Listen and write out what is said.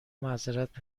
معذرت